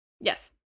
Yes